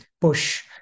push